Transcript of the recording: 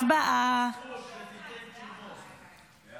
תוצאות ההצבעה: 12